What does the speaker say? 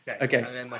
Okay